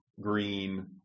green